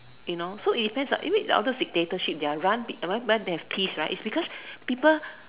you know so if it depends on outer dictatorship they are run by I mean they have peace right because people